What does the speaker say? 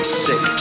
sick